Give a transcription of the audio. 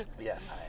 Yes